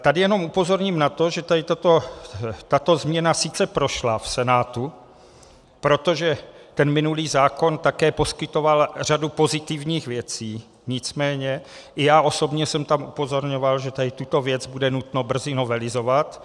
Tady jenom upozorním na to, že tato změna sice prošla v Senátu, protože ten minulý zákon také poskytoval řadu pozitivních věcí, nicméně i já osobně jsem tam upozorňoval, že tuto věc bude nutno brzy novelizovat.